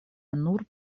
nur